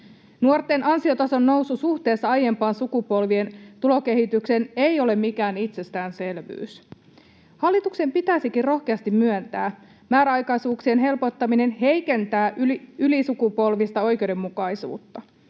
Nuorten ansiotason nousu suhteessa aiempien sukupolvien tulokehitykseen ei ole mikään itsestäänselvyys. Hallituksen pitäisikin rohkeasti myöntää, että määräaikaisuuksien helpottaminen heikentää ylisukupolvista oikeudenmukaisuutta.